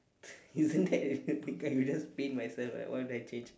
isn't that with that the guy who just paint myself right why would I change